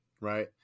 right